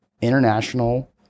international